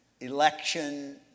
election